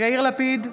יאיר לפיד,